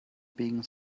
being